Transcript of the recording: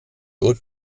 haute